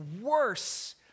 worse